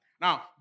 Now